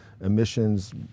emissions